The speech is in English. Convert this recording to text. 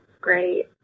great